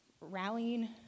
rallying